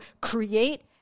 create